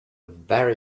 very